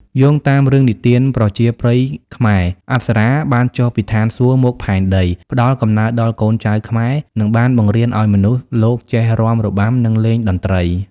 យោងតាមរឿងនិទានប្រជាប្រិយខ្មែរ អប្សរាបានចុះពីឋានសួគ៌មកផែនដី ផ្តល់កំណើតដល់កូនចៅខ្មែរ និងបានបង្រៀនឱ្យមនុស្សលោកចេះរាំរបាំ និងលេងតន្ត្រី។